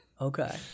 Okay